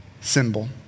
symbol